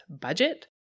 budget